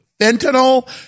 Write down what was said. fentanyl